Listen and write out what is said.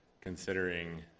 considering